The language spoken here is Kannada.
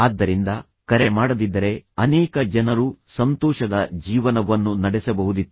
ಆದ್ದರಿಂದ ಕರೆ ಮಾಡದಿದ್ದರೆ ಅನೇಕ ಜನರು ಸಂತೋಷದ ಜೀವನವನ್ನು ನಡೆಸಬಹುದಿತ್ತು